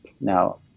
Now